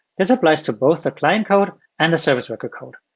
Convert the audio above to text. this applies to both the client code and the service worker code.